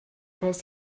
passt